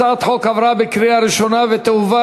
הצעת החוק עברה בקריאה ראשונה ותועבר